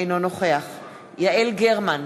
אינו נוכח יעל גרמן,